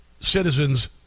citizens